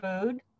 food